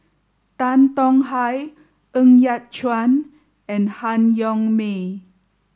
Tan Tong Hye Ng Yat Chuan and Han Yong May